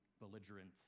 belligerent